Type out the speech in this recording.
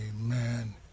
amen